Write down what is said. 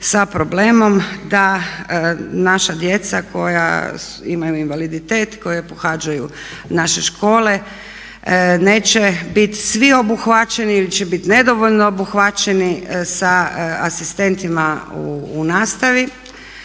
sa problemom da naša djeca koja imaju invaliditet, koja pohađaju naše škole neće biti svi obuhvaćeni ili će biti nedovoljno obuhvaćeni sa asistentima u nastavi